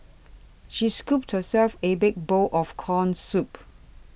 she scooped herself a big bowl of Corn Soup